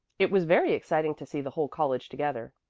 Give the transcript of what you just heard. it was very exciting to see the whole college together.